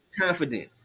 confident